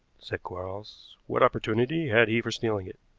said quarles. what opportunity had he for stealing it?